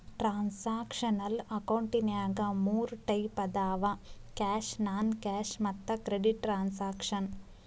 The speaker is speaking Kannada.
ಟ್ರಾನ್ಸಾಕ್ಷನಲ್ ಅಕೌಂಟಿನ್ಯಾಗ ಮೂರ್ ಟೈಪ್ ಅದಾವ ಕ್ಯಾಶ್ ನಾನ್ ಕ್ಯಾಶ್ ಮತ್ತ ಕ್ರೆಡಿಟ್ ಟ್ರಾನ್ಸಾಕ್ಷನ